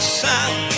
sound